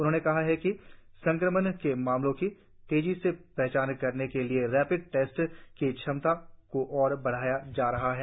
उन्होंने कहा कि संक्रमण के मामलों की तेजी से पहचान करने के लिए रेपिड टेस्ट की क्षमता को और बढ़ाया जा रहा है